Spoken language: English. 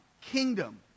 kingdom